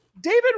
David